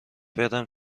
برم